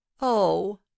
Oh